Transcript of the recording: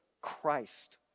christ